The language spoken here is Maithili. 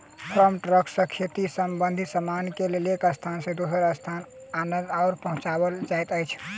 फार्म ट्रक सॅ खेती संबंधित सामान के एक स्थान सॅ दोसर स्थान आनल आ पहुँचाओल जाइत अछि